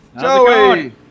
Joey